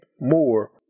more